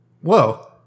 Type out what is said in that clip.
Whoa